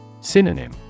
Synonym